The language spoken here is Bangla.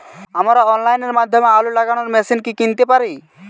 আমরা অনলাইনের মাধ্যমে আলু লাগানো মেশিন কি কিনতে পারি?